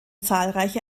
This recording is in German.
zahlreiche